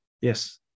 Yes